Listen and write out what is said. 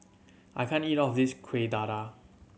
I can't eat all of this Kueh Dadar